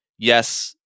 yes